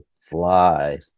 fly